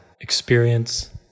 experience